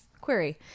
Query